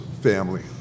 family